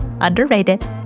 underrated